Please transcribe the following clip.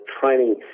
training